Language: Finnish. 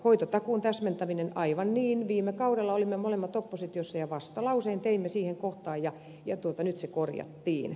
hoitotakuun täsmentäminen aivan niin viime kaudella olimme molemmat oppositiossa ja vastalauseen teimme siihen kohtaan ja nyt se korjattiin